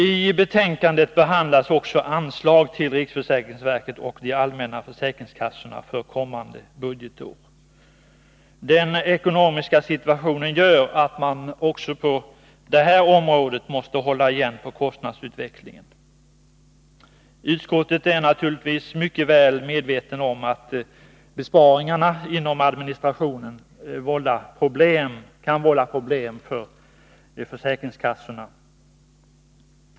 I betänkandet behandlas också anslag till riksförsäkringsverket och de allmänna försäkringskassorna för kommande budgetår. Den ekonomiska situationen gör att man också på det här området måste hålla igen när det gäller kostnadsutvecklingen. Utskottet är naturligtvis mycket väl medvetet om att besparingarna inom administrationen kan vålla problem för försäkringskassorna.